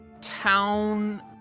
town